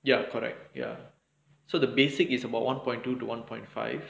ya correct ya so the basic is about one point two to about one point five